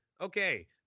Okay